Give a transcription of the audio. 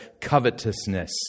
covetousness